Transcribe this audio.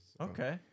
Okay